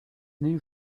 new